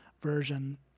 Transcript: version